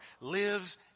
lives